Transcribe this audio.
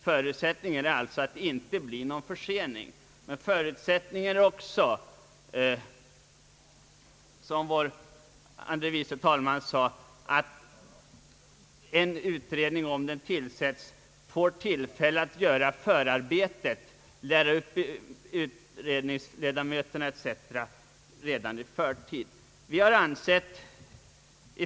Förutsättningen är således att det inte blir någon försening men också, som herr andre vice talmannen menade, att en utredning, om den tillsättes, får tillfälle att göra förarbete, lära upp utredningsledamöterna etc. redan i förtid.